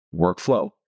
workflow